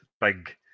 big